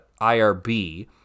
IRB